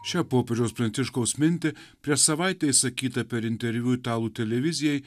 šią popiežiaus pranciškaus mintį prieš savaitę išsakytą per interviu italų televizijai